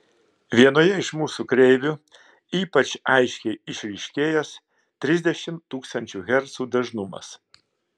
vienoje iš mūsų kreivių ypač aiškiai išryškėjęs trisdešimt tūkstančių hercų dažnumas